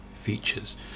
features